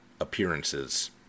appearances